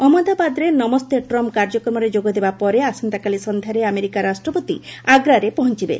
ଅହମ୍ମଦାବାଦରେ ନମେସ୍ତ ଟ୍ରମ୍ପ୍ କାର୍ଯ୍ୟକ୍ରମରେ ଯୋଗ ଦେବାପରେ ଆସନ୍ତାକାଲି ସନ୍ଧ୍ୟାରେ ଆମେରିକା ରାଷ୍ଟ୍ରପତି ଆଗ୍ରାରେ ପହଞ୍ଚବେ